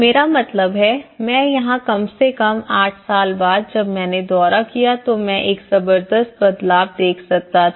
मेरा मतलब हैमैं यहां कम से कम आठ साल बाद जब मैंने दौरा किया तो मैं एक जबरदस्त बदलाव देख सकता था